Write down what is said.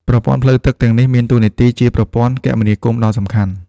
ប្រព័ន្ធផ្លូវទឹកទាំងនេះមានតួនាទីជាប្រព័ន្ធគមនាគមន៍ដ៏សំខាន់។